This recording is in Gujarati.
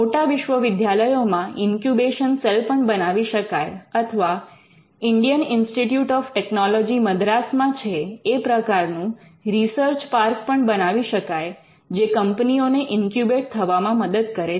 મોટા વિશ્વવિદ્યાલયોમાં ઇન્ક્યુબેશન સેલ પણ બનાવી શકાય અથવા ઇન્ડિયન ઇન્સ્ટિટ્યૂટ ઓફ ટેક્નોલોજી મદ્રાસમાં છે એ પ્રકારનું રિસર્ચ પાર્ક પણ બનાવી શકાય જે કંપનીઓને ઇન્ક્યુબેટ્ થવામાં મદદ કરે છે